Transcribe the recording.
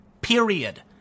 period